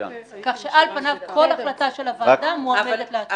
כך שעל פניו כל החלטה של הוועדה מועמדת לעתירה.